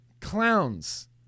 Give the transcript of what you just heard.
clowns